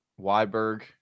Weiberg